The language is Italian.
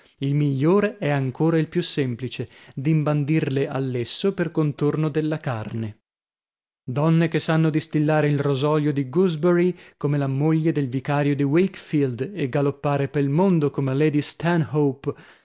il migliore è ancora il più semplice d'imbandirle a lesso per contorno alla carne donne che sanno distillare il rosolio di gooseberry come la moglie del vicario di wakefield e galoppare pel mondo come lady